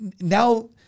now